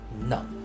No